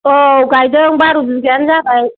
औ गाइदों बार' बिगायानो जाबाय